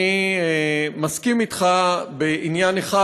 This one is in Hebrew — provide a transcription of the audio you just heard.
אני מסכים אתך בעניין אחד,